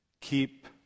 Keep